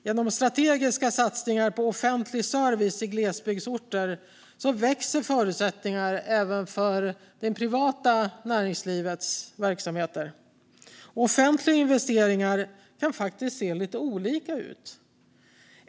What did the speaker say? Genom strategiska satsningar på offentlig service i glesbygdsorter växer förutsättningarna även för det privata näringslivets verksamheter. Offentliga investeringar kan faktiskt se lite olika ut.